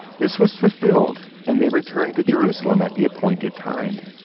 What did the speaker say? this was fulfilled and they returned to jerusalem at the appointed time.